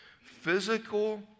Physical